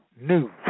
New